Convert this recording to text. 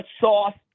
soft